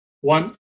one